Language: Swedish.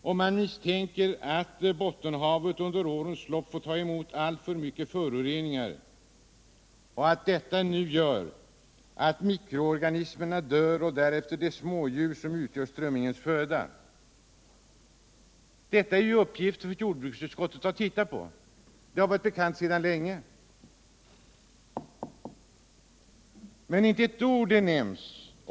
Bottenhavet har under årens lopp fåt ta emot alltför mycket föroreningar, vilket gör att mikroorganismerna dör och därefter de smådjur som utgör strömmingens föda. Detta är uppgifter för jordbruksutskottet att titta på. De har varit bekanta sedan länge. Men inte ett ord nämns härom i betänkandet.